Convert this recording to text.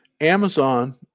Amazon